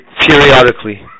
periodically